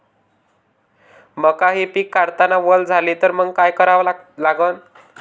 मका हे पिक काढतांना वल झाले तर मंग काय करावं लागन?